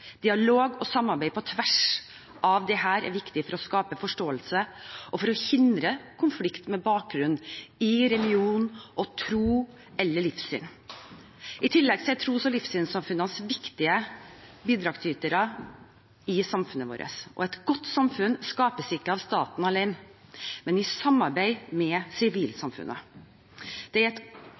Dialog og samarbeid på tvers av disse er viktig for å skape forståelse og for å hindre konflikt med bakgrunn i religion og tro eller livssyn. I tillegg er tros- og livssynssamfunnene viktige bidragsytere i samfunnet vårt. Et godt samfunn skapes ikke av staten alene, men i samarbeid med sivilsamfunnet. Det er et